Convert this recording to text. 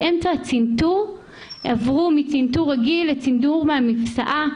באמצע הצנתור עברו מצנתור רגיל לצנתור דרך המפשעה.